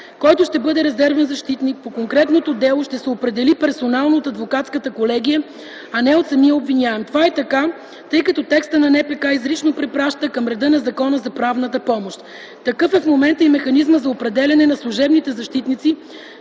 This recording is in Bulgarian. който ще бъде резервен защитник по конкретното дело, ще се определи персонално от адвокатската колегия, а не от самия обвиняем. Това е така, тъй като текстът на НПК изрично препраща към реда на Закона за правната помощ. Такъв е в момента и механизмът за определяне на служебните защитници,